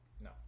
No